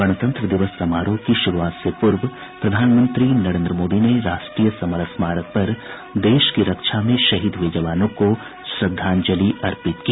गणतंत्र दिवस समारोह की शुरूआत से पूर्व प्रधानमंत्री नरेन्द्र मोदी ने राष्ट्रीय समर स्मारक पर देश की रक्षा में शहीद हुए जवानों को श्रद्वांजलि अर्पित की